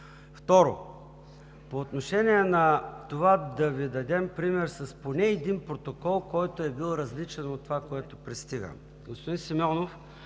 Второ, по отношение на това да Ви дадем пример с поне един протокол, който е бил различен от това, което пристига.